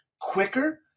quicker